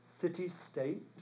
city-state